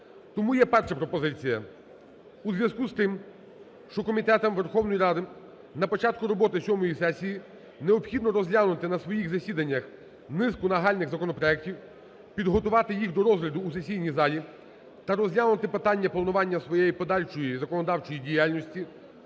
Тому є перша пропозиція. У зв'язку з тим, що комітетом Верховної Ради на початку роботи сьомої сесії необхідно розглянути на своїх засіданнях низку нагальних законопроектів, підготувати їх до розгляду у сесійній залі та розглянути питання планування своєї подальшої законодавчої діяльності,